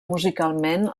musicalment